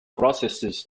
processes